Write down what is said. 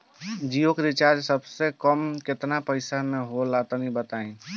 जियो के रिचार्ज सबसे कम केतना पईसा म होला तनि बताई?